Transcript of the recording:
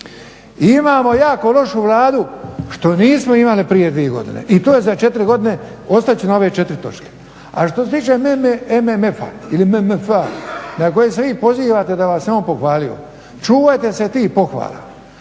imamo jako lošu Vladu, što nismo imali prije dvije godine. I to je za četiri godine, ostat ću na ove četiri točke. A što se tiče MMF-a na koji se vi pozivate da vas je on pohvalio čuvajte se tih pohvala.